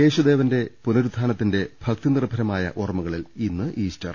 യേശുദേവന്റെ പുനരുത്ഥാനത്തിന്റെ ഭക്തി നിർഭരമായ ഓർമ്മകളിൽ ഇന്ന് ഈസ്റ്റർ